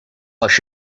als